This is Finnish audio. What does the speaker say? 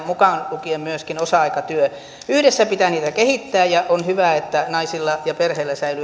mukaan lukien myöskin osa aikatyö yhdessä pitää niitä kehittää ja on hyvä että naisilla ja perheillä säilyy